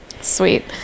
sweet